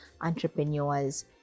entrepreneurs